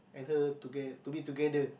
her to get to be together